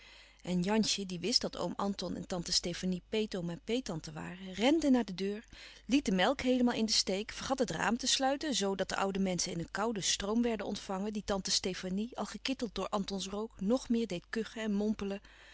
en jansje die wist dat oom anton en tante stefanie peetoom en peettante waren rende naar de deur liet de melk heelemaal in den steek vergat het raam te sluiten zoo dat de oude menschen in een kouden stroom werden ontvangen die tante stefanie al gekitteld door antons rook nog meer deed kuchen en mompelen